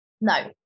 No